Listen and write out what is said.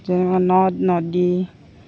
যেনে নদ নদী